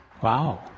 Wow